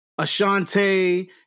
Ashante